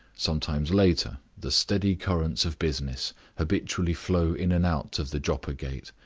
sometimes later, the steady currents of business habitually flow in and out of the joppa gate,